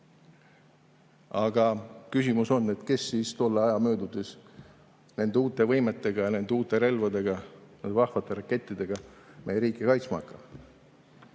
Aga küsimus on, et kes siis tolle aja möödudes nende uute võimetega ja nende uute relvadega, nende vahvate rakettidega meie riiki kaitsma hakkab.